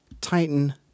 Titan